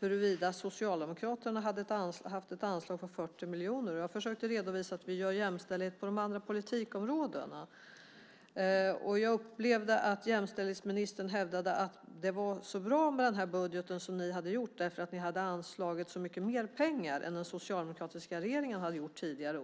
huruvida Socialdemokraterna hade haft ett anslag på 40 miljoner. Jag försökte redovisa att vi verkar för jämställdhet på de andra politikområdena. Jag upplevde att jämställdhetsministern hävdade att det var så bra med den budget som ni hade gjort eftersom ni hade anslagit så mycket mer pengar än den socialdemokratiska hade gjort tidigare.